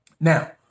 now